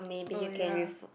oh ya